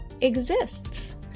exists